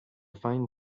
fine